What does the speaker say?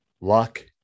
luck